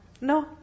No